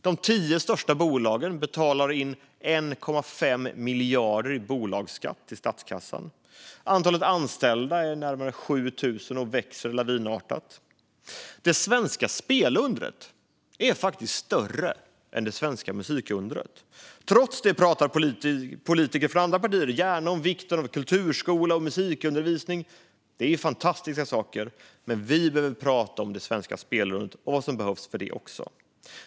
De tio största bolagen betalar in 1,5 miljarder i bolagsskatt till statskassan. Antalet anställda är närmare 7 000 och växer lavinartat. Det svenska spelundret är faktiskt större än det svenska musikundret. Politiker från andra partier pratar gärna om vikten av kulturskola och musikundervisning - och det är fantastiska saker - men vi behöver också prata om det svenska spelundret och vad som behövs där.